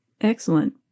Excellent